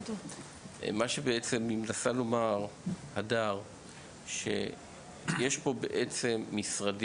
אז מה שהדר בעצם מנסה לומר זה שיש פה משרדים